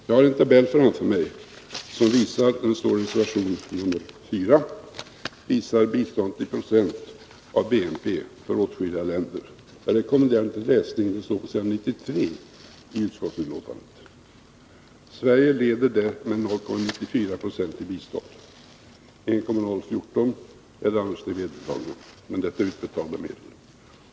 Jag har en tabell framför mig som visar — det är fråga om reservation nr 4 — bistånd i procent av BNP för åtskilliga länder. Jag rekommenderar detta till läsning. Det står på s. 93 i utskottsbetänkandet. Sverige leder med 0,94 90 i bistånd. 1,014 är annars det vedertagna procenttalet, men detta gäller utbetalda medel.